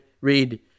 read